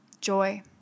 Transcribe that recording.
joy